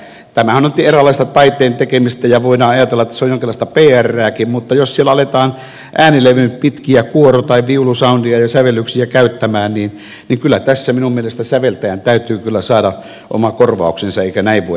tämähän on eräänlaista taiteen tekemistä ja voidaan ajatella että se on jonkinlaista prääkin mutta jos siellä aletaan äänilevyn pitkiä kuoro tai viulusaundeja ja sävellyksiä käyttämään niin kyllä tässä minun mielestäni säveltäjän täytyy kyllä saada oma korvauksensa eikä näin voida toimia